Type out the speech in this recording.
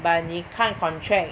but 你看 contract